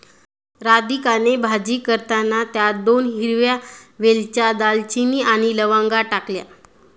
राधिकाने भाजी करताना त्यात दोन हिरव्या वेलच्या, दालचिनी आणि लवंगा टाकल्या